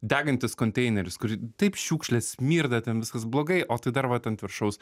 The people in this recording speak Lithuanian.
degantis konteineris kur taip šiukšlės smirda ten viskas blogai o tai dar vat ant viršaus